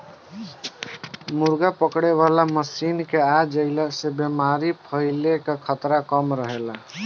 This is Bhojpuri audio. मुर्गा पकड़े वाला मशीन के आ जईला से बेमारी फईले कअ खतरा कम रहेला